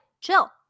chill